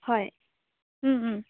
হয়